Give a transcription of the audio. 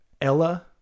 Ella